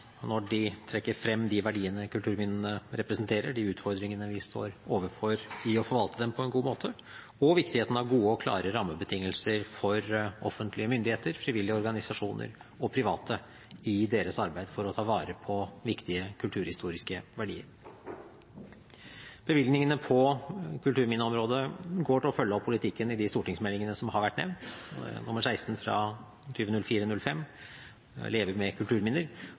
forslagsstillerne når de trekker frem de verdiene som kulturminnene representerer, de utfordringene vi står overfor i å forvalte dem på en god måte, og viktigheten av gode og klare rammebetingelser for offentlige myndigheter, frivillige organisasjoner og private i deres arbeid for å ta vare på viktige kulturhistoriske verdier. Bevilgningene på kulturminneområdet går til å følge opp politikken i de stortingsmeldingene som har vært nevnt, St.meld. nr. 16 for 2004–2005, Leve med kulturminner,